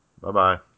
Bye-bye